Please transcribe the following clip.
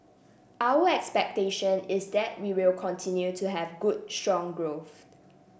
our expectation is that we will continue to have good strong growth